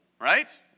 right